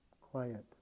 quiet